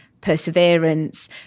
perseverance